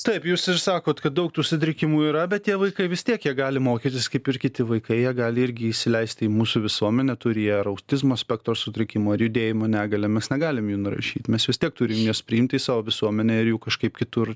taip jūs ir sakot kad daug tų sutrikimų yra bet tie vaikai vis tiek jie gali mokytis kaip ir kiti vaikai jie gali irgi įsileisti į mūsų visuomenę turi jie ar autizmo spektro sutrikimų ar judėjimo negalią mes negalim jų nurašyt mes vis tiek turim juos priimti į savo visuomenę ir jų kažkaip kitur